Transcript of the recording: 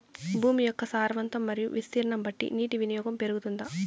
భూమి యొక్క సారవంతం మరియు విస్తీర్ణం బట్టి నీటి వినియోగం పెరుగుతుందా?